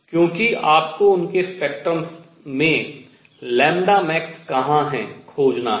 क्योंकि आपको उनके स्पेक्ट्रम में max कहाँ है खोजना है